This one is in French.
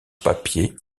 papier